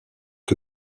que